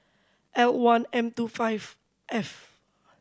L one M two five F